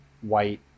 white